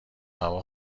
هوا